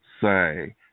say